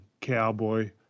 cowboy